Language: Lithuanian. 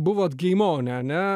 buvot geimoune ane